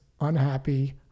unhappy